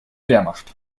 wehrmacht